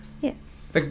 Yes